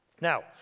Now